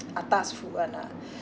atas food [one] lah